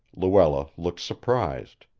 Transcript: luella looked surprised.